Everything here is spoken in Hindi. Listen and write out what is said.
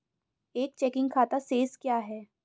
एक चेकिंग खाता शेष क्या है?